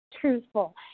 truthful